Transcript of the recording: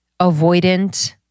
avoidant